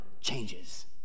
changes